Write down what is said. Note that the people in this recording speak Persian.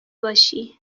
باشی